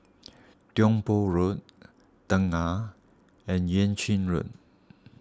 Tiong Poh Road Tengah and Yuan Ching Road